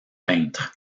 peintre